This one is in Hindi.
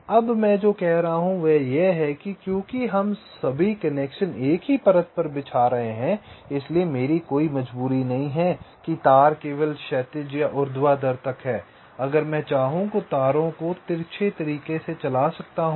अब मैं जो कह रहा हूं वह यह है कि क्योंकि हम सभी कनेक्शन एक ही परत पर बिछा रहे हैं इसलिए मेरी कोई मजबूरी नहीं है कि तार केवल क्षैतिज और ऊर्ध्वाधर तक हैं अगर मैं चाहूँ तो तारों को तिरछे तरीके से चला सकता हूं